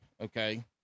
Okay